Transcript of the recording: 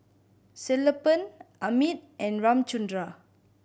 Sellapan Amit and Ramchundra